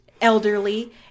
elderly